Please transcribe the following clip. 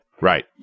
Right